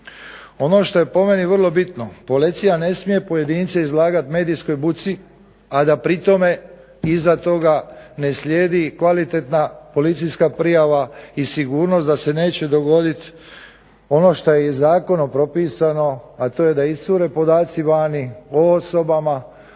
Ono što je po meni vrlo bitno, policija ne smije pojedince izlagat medijskoj buci, a da pri tome iza toga ne slijedi kvalitetna policijska prijava i sigurnost da se neće dogoditi ono što je i zakonom propisanom, a to je da iscure podaci vani o osobama,